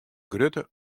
grutte